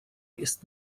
jest